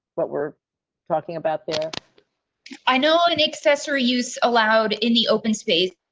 what we're talking about there i know an accessory use allowed in the open space.